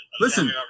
Listen